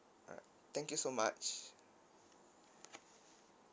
thank you so much